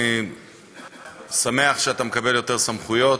אני שמח שאתה מקבל יותר סמכויות,